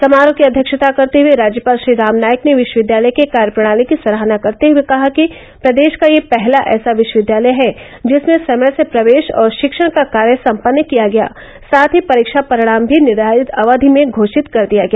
समारोह की अध्यक्षता करते हये राज्यपाल श्री राम नाईक ने विश्वविद्यालय के कार्य प्रणाली की सराहना करते हथे कहा कि प्रदेश का यह पहला ऐसा विश्वविद्यालय है जिसमें समय से प्रवेश और शिक्षण का कार्य सम्पन्न किया गया साथ ही परीक्षा परिणाम भी निर्धारित अवधि में घोरित कर दिया गया